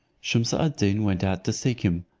shumse ad deen went out to seek him,